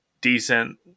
decent